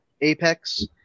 Apex